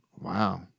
Wow